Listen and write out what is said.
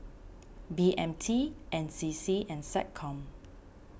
B M T N C C and SecCom